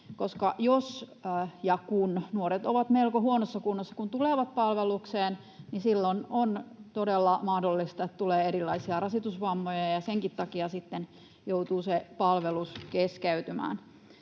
tehdä? Jos ja kun nuoret ovat melko huonossa kunnossa, kun tulevat palvelukseen, niin silloin on todella mahdollista, että tulee erilaisia rasitusvammoja ja senkin takia sitten joutuu sen palveluksen keskeyttämään.